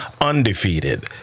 undefeated